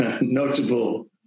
notable